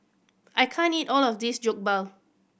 I can't eat all of this Jokbal